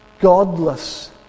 Godless